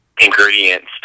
ingredients